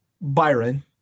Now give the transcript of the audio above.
Byron